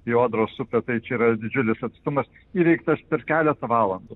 į odros upę tai čia yra didžiulis atstumas įveiktas per keletą valandų